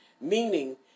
Meaning